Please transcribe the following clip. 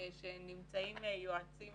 שנמצאים יועצים